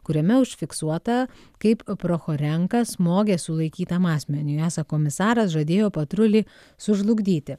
kuriame užfiksuota kaip prochorenka smogė sulaikytam asmeniui esą komisaras žadėjo patrulį sužlugdyti